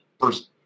first